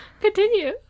continue